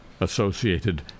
associated